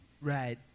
Right